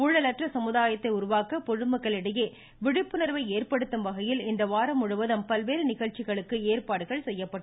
ஊழல் அற்ற சமுதாயத்தை உருவாக்க பொதுமக்களிடையே விழிப்புணர்வை ஏற்படுத்தும் வகையில் இந்த வாரம் முழுவதும் பல்வேறு நிகழ்ச்சிகளுக்கு ஏற்பாடுகள் செய்யப்பட்டுள்ளன